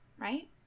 right